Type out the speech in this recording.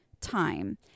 time